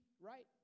right